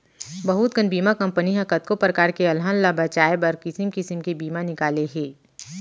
बहुत कन बीमा कंपनी ह कतको परकार के अलहन ल बचाए बर किसिम किसिम के बीमा निकाले हे